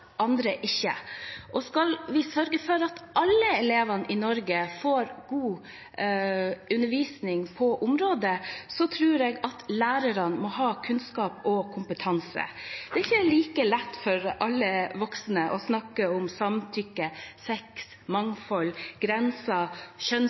andre ikke. Skal vi sørge for at alle elevene i Norge får god undervisning på området, tror jeg at lærerne må ha kunnskap og kompetanse. Det er ikke like lett for alle voksne å snakke om samtykke,